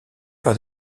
par